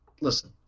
Listen